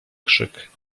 krzyk